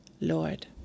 Lord